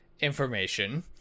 information